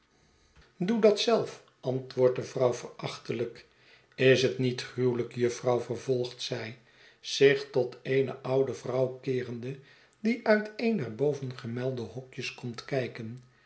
doe dat zelf antwoordt de vrouw verachteljjk is het niet gruwelijk jufvrouw vervolgt zij zich tot eene oude vrouw keerende die uit een der bovengemelde hokjes komt kijken